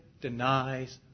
denies